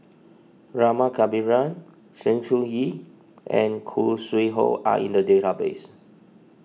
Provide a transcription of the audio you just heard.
Rama Kannabiran Sng Choon Yee and Khoo Sui Hoe are in the database